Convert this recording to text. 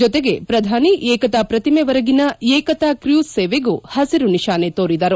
ಜೊತೆಗೆ ಪ್ರಧಾನಿ ಏಕತಾ ಪ್ರತಿಮೆವರೆಗಿನ ಏಕತಾ ಕ್ರ್ಲ್ಲಸ್ ಸೇವೆಗೂ ಹಸಿರು ನಿಶಾನೆ ತೋರಿದರು